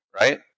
right